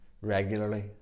regularly